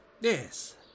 Yes